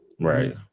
Right